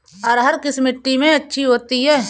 अरहर किस मिट्टी में अच्छी होती है?